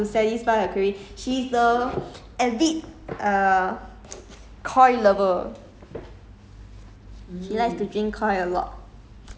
then she's like it's worth it ya to satisfy her craving she's the avid err Koi lover